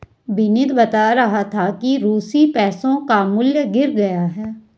विनीत बता रहा था कि रूसी पैसों का मूल्य गिर गया है